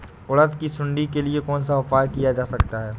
उड़द की सुंडी के लिए कौन सा उपाय किया जा सकता है?